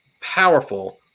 powerful